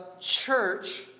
church